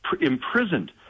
imprisoned